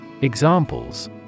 Examples